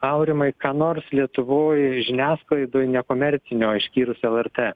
aurimai ką nors lietuvoj žiniasklaidoj nekomercinio išskyrus lrt